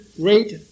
great